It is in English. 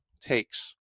takes